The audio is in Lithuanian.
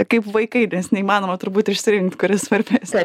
kaip vaikai nes neįmanoma turbūt išsirinkt kuri svarbesnė